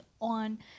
on